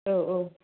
औ औ